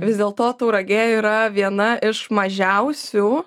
vis dėl to tauragė yra viena iš mažiausių